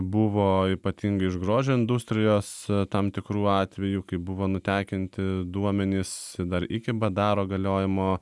buvo ypatingai iš grožio industrijos tam tikrų atvejų kai buvo nutekinti duomenys dar iki ba da ro galiojimo